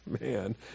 Man